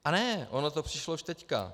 A ne, ono to přišlo už teďka.